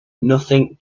nothing